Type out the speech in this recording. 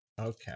Okay